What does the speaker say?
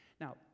Now